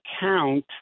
count